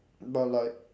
but like